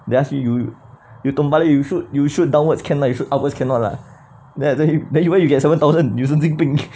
they ask you you terbalik you shoot you shoot downwards can lah you shoot upwards cannot lah then I tell him then where you get seven thousand you 神经病